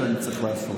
שאני צריך לעשות.